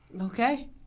Okay